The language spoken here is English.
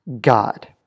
God